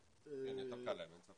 כן, יותר קל להם, אין ספק.